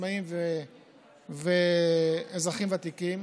עצמאים ואזרחים ותיקים,